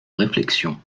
réflexion